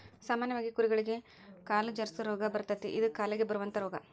ಸಾಮಾನ್ಯವಾಗಿ ಕುರಿಗಳಿಗೆ ಕಾಲು ಜರಸು ರೋಗಾ ಬರತತಿ ಇದ ಕಾಲಿಗೆ ಬರುವಂತಾ ರೋಗಾ